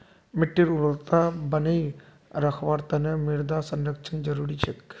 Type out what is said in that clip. मिट्टीर उर्वरता बनई रखवार तना मृदा संरक्षण जरुरी छेक